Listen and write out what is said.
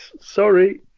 Sorry